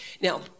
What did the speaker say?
Now